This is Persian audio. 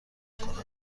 کنم